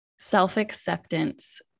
Self-acceptance